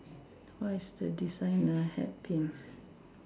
what is the designer hat Pins